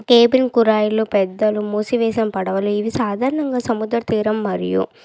కేబున్ కురాయిల్లో పెద్దలు మూసివేసిన పడవలు ఇవి సాధారణంగా సముద్ర తీరం మరియు